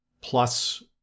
plus